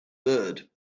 bird